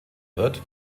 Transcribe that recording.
wird